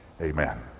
Amen